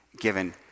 given